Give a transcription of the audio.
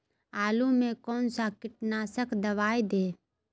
आलू में कौन सा कीटनाशक दवाएं दे?